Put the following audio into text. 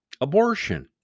Abortion